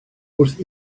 wrth